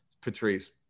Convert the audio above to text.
Patrice